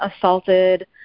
assaulted